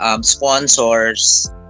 sponsors